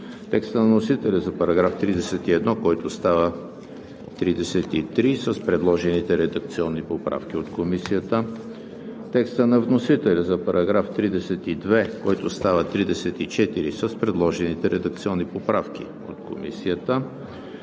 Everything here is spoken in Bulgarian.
текста на вносителя за § 31, който става § 33 с предложените редакционни поправки от Комисията; текста на вносителя за § 32, който става § 34 с предложените редакционни поправки от Комисията;